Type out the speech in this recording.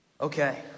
Okay